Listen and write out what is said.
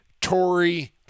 Tory